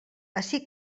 ací